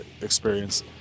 experience